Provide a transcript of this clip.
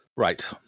Right